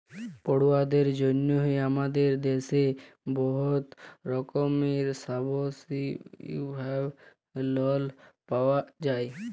পড়ুয়াদের জ্যনহে আমাদের দ্যাশে বহুত রকমের সাবসিডাইস্ড লল পাউয়া যায়